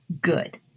good